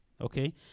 okay